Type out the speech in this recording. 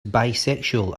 bisexual